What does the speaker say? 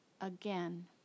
again